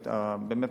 באמת,